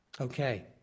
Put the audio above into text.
Okay